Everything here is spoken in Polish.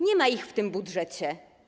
Nie ma ich w tym budżecie.